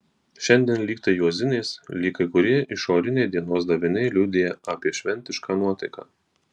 šiandien lyg tai juozinės lyg kai kurie išoriniai dienos daviniai liudija apie šventišką nuotaiką